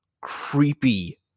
creepy